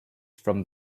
from